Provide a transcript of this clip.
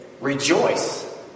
rejoice